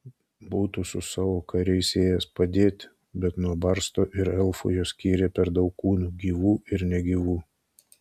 būtų su savo kariais ėjęs padėti bet nuo barsto ir elfų juos skyrė per daug kūnų gyvų ir negyvų